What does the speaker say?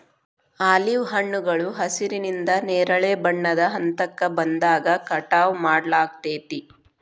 olive ಹಣ್ಣುಗಳು ಹಸಿರಿನಿಂದ ನೇರಳೆ ಬಣ್ಣದ ಹಂತಕ್ಕ ಬಂದಾಗ ಕಟಾವ್ ಮಾಡ್ಲಾಗ್ತೇತಿ